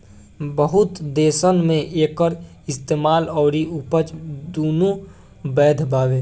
बहुत देसन मे एकर इस्तेमाल अउरी उपज दुनो बैध बावे